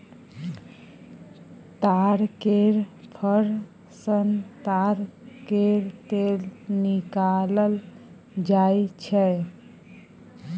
ताड़ केर फर सँ ताड़ केर तेल निकालल जाई छै